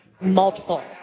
multiple